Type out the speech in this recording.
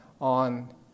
on